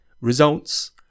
Results